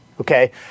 Okay